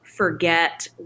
forget